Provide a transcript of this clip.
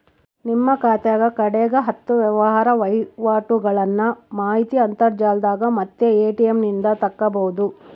ನಿಮ್ಮ ಖಾತೆಗ ಕಡೆಗ ಹತ್ತು ವ್ಯವಹಾರ ವಹಿವಾಟುಗಳ್ನ ಮಾಹಿತಿ ಅಂತರ್ಜಾಲದಾಗ ಮತ್ತೆ ಎ.ಟಿ.ಎಂ ನಿಂದ ತಕ್ಕಬೊದು